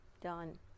done